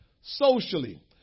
socially